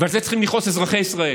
ועל זה צריכים לכעוס אזרחי ישראל.